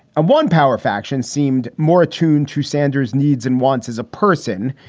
and one power faction seemed more attuned to sanders needs and wants as a person,